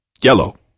Yellow